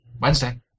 Wednesday